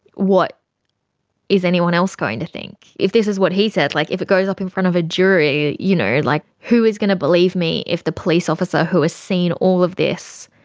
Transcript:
what is anyone else going to think? if this is what he said, like if it goes up in front of a jury, you know like who is going to believe me, if the police officer who has seen all of this